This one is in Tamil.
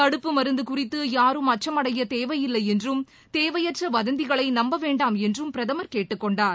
தடுப்பு மருந்து குறித்து யாரும் அச்சும் அடையத் தேவையில்லை என்றும் தேவையற்ற வதந்திகளை நம்ப வேண்டாம் என்றும் பிரதமர் கேட்டுக் கொண்டார்